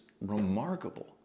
remarkable